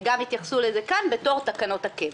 גם התייחסו לזה כאן בתור תקנות הקבע.